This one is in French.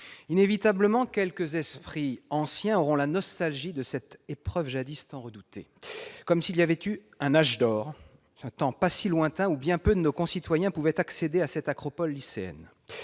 Inévitablement, quelques esprits anciens auront la nostalgie de cette épreuve jadis tant redoutée. Comme s'il y avait eu un âge d'or, le temps pas si lointain où bien peu de nos concitoyens pouvaient accéder à cette acropole lycéenne